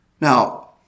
Now